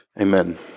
amen